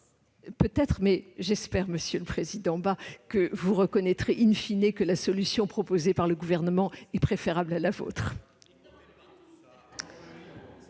amendement ! J'espère, monsieur le président Bas, que vous reconnaîtrez que la solution proposée par le Gouvernement est préférable à la vôtre